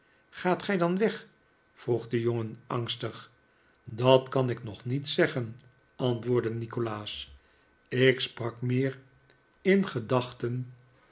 gaat gij dan weg vroeg de jongen angstig dat kan ik nog niet zeggen antwoordde nikolaas ik sprak meer in gedachten